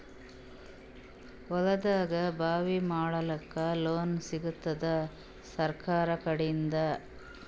ಹೊಲದಾಗಬಾವಿ ಮಾಡಲಾಕ ಲೋನ್ ಸಿಗತ್ತಾದ ಸರ್ಕಾರಕಡಿಂದ?